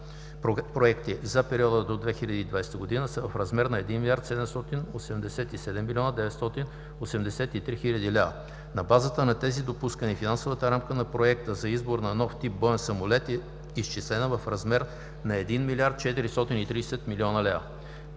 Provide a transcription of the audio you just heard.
проекти за периода до 2020 г., са в размер до 1 787,983 млн. лв. На базата на тези допускания, финансовата рамка на Проекта за избор на нов тип боен самолет е изчислена в размер на 1.43 млрд. лв.